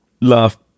laugh